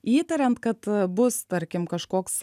įtariant kad bus tarkim kažkoks